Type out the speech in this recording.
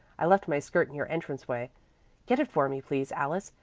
i left my skirt in your entrance-way. get it for me please, alice,